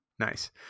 Nice